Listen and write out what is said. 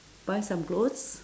buy some clothes